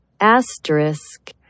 Asterisk